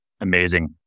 Amazing